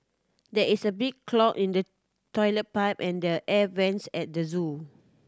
there is a big clog in the toilet pipe and the air vents at the zoo